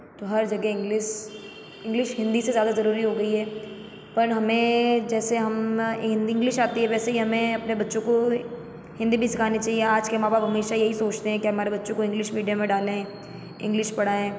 तो हर जगह इंग्लिस इंग्लिश हिंदी से ज़्यादा ज़रूरी हो गई है पर हमें जैसे हम हिन्द इंग्लिश आती है वैसे ही हमें अपने बच्चों को हिंदी भी सिखानी चाहिए आज के माँ बाप हमेशा यही सोचते हैं कि हमारे बच्चों को इंग्लिश मीडियम में डालें इंग्लिश पढ़ाएं